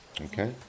okay